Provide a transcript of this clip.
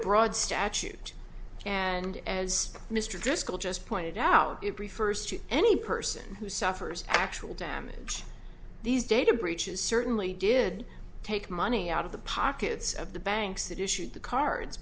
broad statute and as mr driscoll just pointed out it refers to any person who suffers actual damage these data breaches certainly did take money out of the pockets of the banks that issued the cards